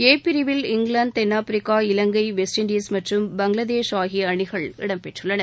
எ பிரிவில் இங்கிலாந்து தென்னாப்பிரிக்கா இலங்கை வெஸ்ட்இண்டீஸ் மற்றும் பங்களாதேஷ் ஆகிய அணிகள் இடம்பெற்றுள்ளன